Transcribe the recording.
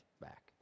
back